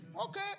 Okay